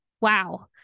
wow